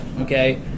okay